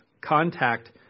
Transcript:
contact